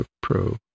Pro